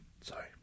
Sorry